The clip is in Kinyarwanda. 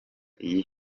iyi